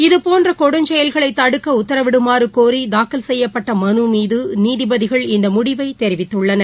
இது போன்றகொடுஞ்செயல்களைதடுக்கஉத்தரவிடுமாறுகோரிதாக்கல் செய்யப்பட்டமனுமீதுநீதிபதிகள் இந்தமுடவைதெரிவித்துள்ளார்கள்